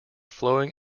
flowing